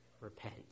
repent